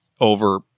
over